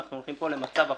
אנחנו הולכים פה למצב הפוך,